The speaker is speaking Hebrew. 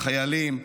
לחיילים,